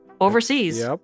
overseas